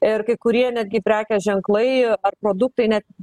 ir kai kurie netgi prekės ženklai ar produktai net